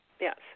Yes